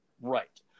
Right